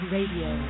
Radio